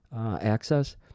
access